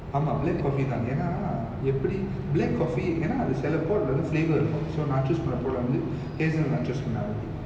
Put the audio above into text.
ஆமா:aama black coffee தான் ஏன்னா எப்படி:than eanna eppadi black coffee ஏன்னா செல:eanna sela pot lah வந்து:vanthu flavour இருக்கும்:irukkum so நா:na choose பண்ண:panna pot lah வந்து:vanthu hazelnut choose பண்ணாரு:pannaru